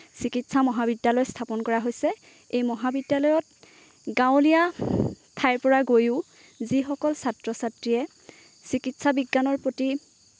চিকিৎসা মহাবিদ্যালয় স্থাপন কৰা হৈছে এই মহাবিদ্যালয়ত গাঁৱলীয়া ঠাইৰ পৰা গৈয়ো যিসকল ছাত্ৰ ছাত্ৰীয়ে চিকিৎসা বিজ্ঞানৰ প্ৰতি